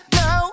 no